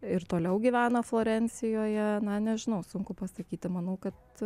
ir toliau gyvena florencijoje na nežinau sunku pasakyti manau kad